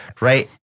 right